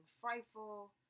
frightful